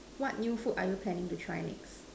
what new food are you planning to try next